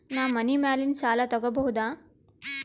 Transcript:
ನಾ ಮನಿ ಮ್ಯಾಲಿನ ಸಾಲ ತಗೋಬಹುದಾ?